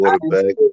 quarterback